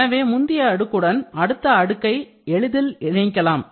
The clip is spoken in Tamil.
எனவே முந்தைய அடுக்குடன் அடுத்த அடுக்கை எளிதில் இணைக்கலாம்